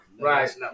right